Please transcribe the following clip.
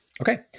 Okay